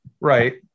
Right